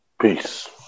Peace